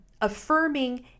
affirming